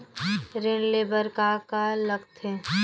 ऋण ले बर का का लगथे?